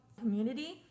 community